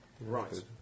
Right